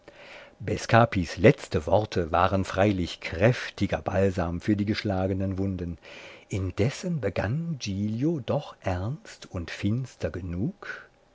bescapis letzte worte waren freilich kräftiger balsam für die geschlagenen wunden indessen begann giglio doch ernst und finster genug